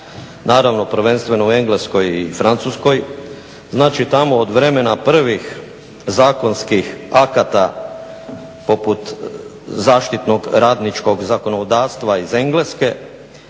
naravno prvenstveno u Engleskoj i Francuskoj. Znači tamo od vremena prvih zakonskih akata poput zaštitnog radničkog zakonodavstva iz Engleske